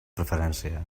preferència